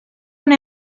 una